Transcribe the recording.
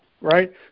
right